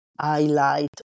highlight